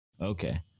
Okay